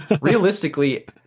realistically